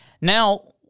Now